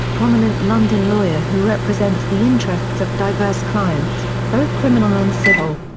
prominent london lawyer who represents the interests of diverse clients, both criminal and civil.